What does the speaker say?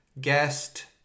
guest